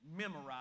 memorize